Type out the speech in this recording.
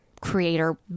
creator